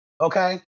okay